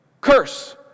Curse